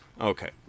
Okay